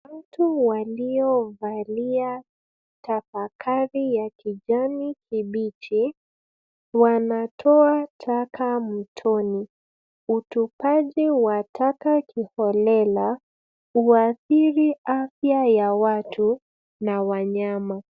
Watu waliovalia tafakari ya kijani kibichi, wanatoa taka mtoni. Utupaji wa taka kiholela huathiri afya ya watu na wanyama.